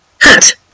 Hat